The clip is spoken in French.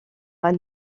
elle